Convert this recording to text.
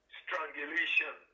strangulation